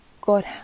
God